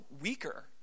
weaker